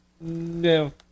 no